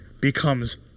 becomes